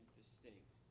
distinct